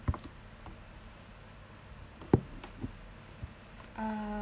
uh